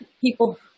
people